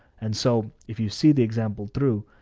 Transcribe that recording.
and so if you see the example through,